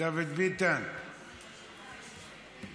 דוד ביטן, בבקשה.